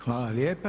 Hvala lijepa.